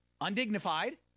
undignified